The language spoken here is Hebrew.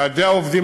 ועדי העובדים,